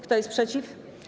Kto jest przeciw?